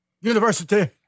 University